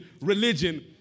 religion